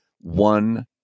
one